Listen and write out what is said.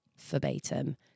verbatim